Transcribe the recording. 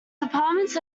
departments